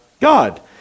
God